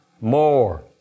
more